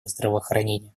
здравоохранения